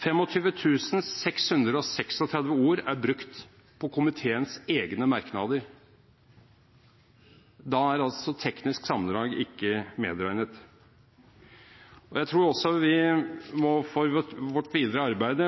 25 636 ord er brukt på komiteens egne merknader. Da er teknisk sammendrag ikke medregnet. Jeg tror også vi for vårt videre arbeid